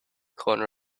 corner